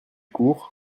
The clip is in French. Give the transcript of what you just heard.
courent